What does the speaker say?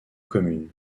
communes